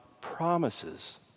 promises